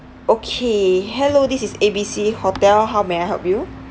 okay hello this is A B C hotel how may I help you